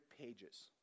pages